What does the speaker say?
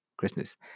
Christmas